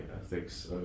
ethics